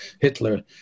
Hitler